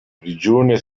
prigione